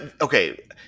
okay